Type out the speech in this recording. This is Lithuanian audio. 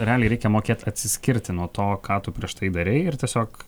realiai reikia mokėt atsiskirti nuo to ką tu prieš tai darei ir tiesiog